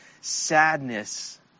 sadness